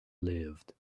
lived